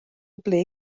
ble